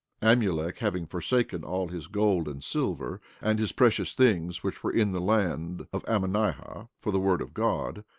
amulek having forsaken all his gold, and silver, and his precious things, which were in the land of ammonihah, for the word of god,